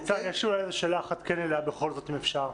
ניצן, אבל יש לי שאלה אחת אליה בכל זאת אם אפשר.